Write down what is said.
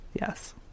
Yes